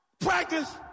Practice